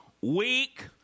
weak